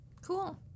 Cool